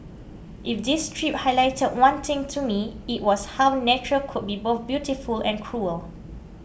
if this trip highlighted one thing to me it was how nature could be both beautiful and cruel